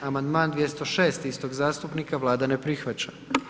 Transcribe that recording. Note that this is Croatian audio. Amandman 206. istog zastupnika, Vlada ne prihvaća.